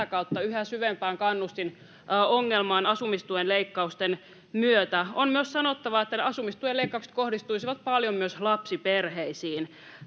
sitä kautta yhä syvempään kannustinongelmaan asumistuen leikkausten myötä. On myös sanottava, että asumistuen leikkaukset kohdistuisivat paljon myös lapsiperheisiin.